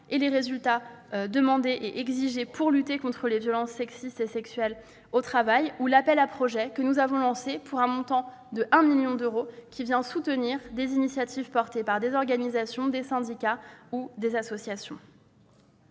et les résultats exigés en matière de lutte contre les violences sexistes et sexuelles au travail, ou l'appel à projets que nous avons lancé, pour un montant d'un million d'euros, afin d'épauler des initiatives soutenues par des organisations, des syndicats ou des associations.